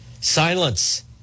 Silence